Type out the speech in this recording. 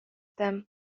them